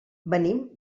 venim